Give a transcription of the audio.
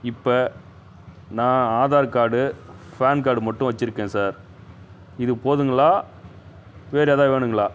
இப்போ நான் Aadhaar card PAN card மட்டும் வச்சுருக்கேன் சார் இது போதுங்களா வேறு எதாவது வேணுங்களா